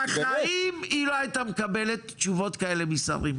בחיים היא לא הייתה מקבלת תשובות כאלה משרים,